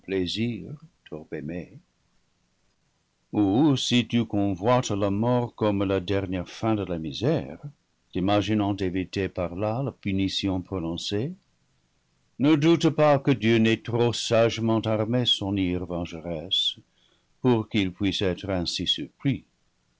ou si tu convoites la mort comme la dernière fin de la misère t'imaginant éviter par là la punition prononcée ne doute pas que dieu n'ait trop sagement armé son ire venge resse pour qu'il puisse être ainsi surpris